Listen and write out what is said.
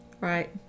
Right